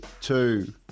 Two